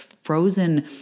Frozen